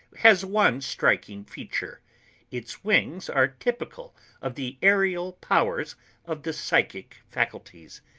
has one striking feature its wings are typical of the aerial powers of the psychic faculties.